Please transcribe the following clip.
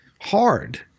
hard